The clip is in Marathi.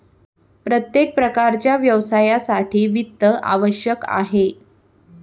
प्रत्येक प्रकारच्या व्यवसायासाठी वित्त आवश्यक आहे